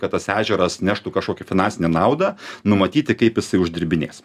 kad tas ežeras neštų kažkokią finansinę naudą numatyti kaip jisai uždirbinės